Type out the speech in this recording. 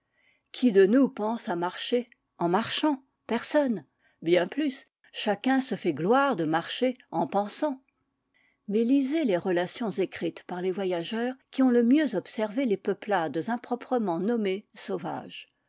qui de nous pense à marcher en marchant personne bien plus chacun se fait gloire de marcher en pensant mais lisez les relations écrites par les voyageurs qui ont le mieux observé les peuplades improprement nommées sauvages